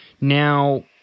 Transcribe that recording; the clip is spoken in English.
Now